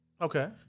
Okay